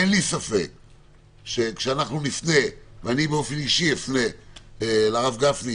אין לי ספק שכשנפנה וגם אני אפנה באופן אישי לרב גפני